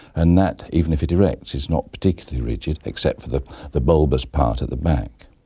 and that, even if it erects, is not particularly rigid except for the the bulbous part at the back.